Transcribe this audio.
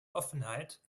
offenheit